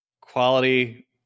quality